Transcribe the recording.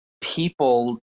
people